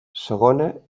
segona